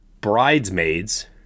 Bridesmaids